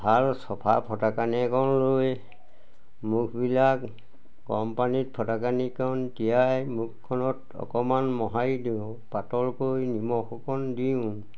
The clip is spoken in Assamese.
ভাল চফা ফটা কানি অকণমান লৈ মুখবিলাক গৰম পানীত ফটাকানিকণ তিয়াই মুখখনত অকণমান মোহাৰি দিওঁ পাতলকৈ নিমখ অকণ দিওঁ